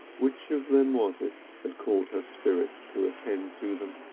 which of them was it, had caught her spirit to attend to them.